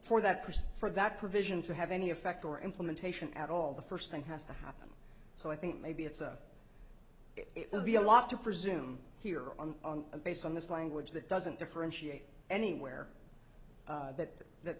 for that person for that provision to have any effect or implementation at all the first thing has to happen so i think maybe it's a it would be a lot to presume here on a base on this language that doesn't differentiate anywhere that that that